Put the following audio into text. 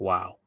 Wow